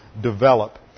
develop